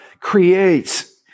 creates